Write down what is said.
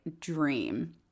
dream